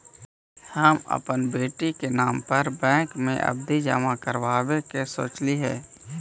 हम अपन बेटी के नाम पर बैंक में आवधि जमा करावावे के सोचली हे